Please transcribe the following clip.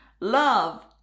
Love